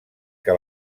que